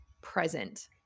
present